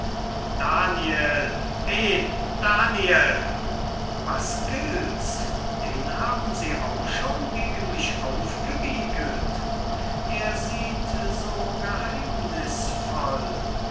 daniel he daniel was gilts den haben sie auch schon gegen mich aufgewiegelt er sieht so geheimnißvoll